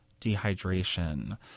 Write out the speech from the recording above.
dehydration